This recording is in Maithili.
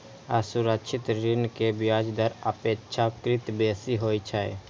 असुरक्षित ऋण के ब्याज दर अपेक्षाकृत बेसी होइ छै